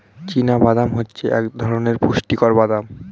চীনা বাদাম হচ্ছে এক ধরণের পুষ্টিকর বাদাম